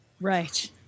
right